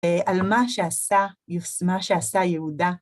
על מה שעשה יהודה.